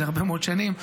זה הרבה מאוד שנים,